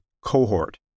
cohort